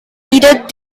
needed